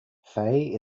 fei